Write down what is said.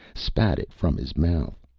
spat it from his mouth.